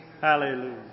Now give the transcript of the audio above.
Hallelujah